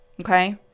okay